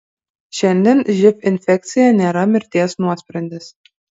šiandien živ infekcija nėra mirties nuosprendis